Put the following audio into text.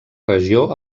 regió